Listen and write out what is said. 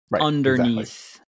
underneath